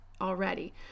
already